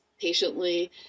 patiently